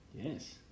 Yes